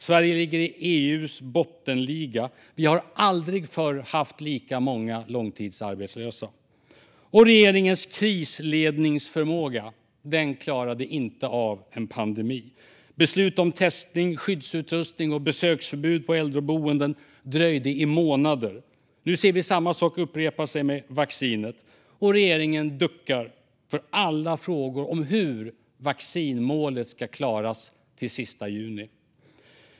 Sverige ligger i EU:s bottenliga. Vi har aldrig förr haft lika många långtidsarbetslösa. Regeringens krisledningsförmåga klarade inte av en pandemi. Beslut om testning, skyddsutrustning och besöksförbud på äldreboenden dröjde i månader. Nu ser vi samma sak upprepa sig med vaccinet, och regeringen duckar för alla frågor om hur vaccinmålet ska klaras till den sista juni.